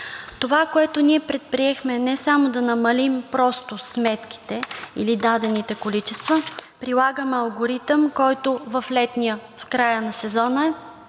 Това, което ние предприехме не само да намалим просто сметките или дадените количества, е да прилагаме алгоритъм, който в края на летния